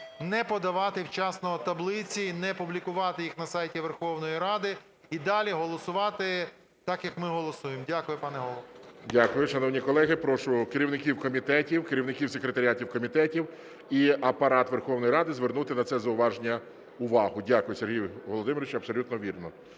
не подавати вчасно таблиці, не публікувати їх на сайті Верховної Ради і далі голосувати так, як ми голосуємо. Дякую, пане Голово. ГОЛОВУЮЧИЙ. Дякую. Шановні колеги, прошу керівників комітетів, керівників секретаріатів комітетів і Апарат Верховної Ради звернути на це зауваження увагу. Дякую, Сергій Володимирович, абсолютно вірно.